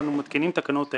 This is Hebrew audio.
אנו מתקינים תקנות אלה: